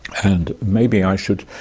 and maybe i should,